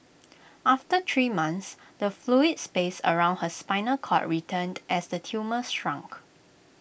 after three months the fluid space around her spinal cord returned as the tumour shrank